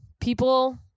people